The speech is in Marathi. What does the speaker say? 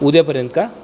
उद्यापर्यंत का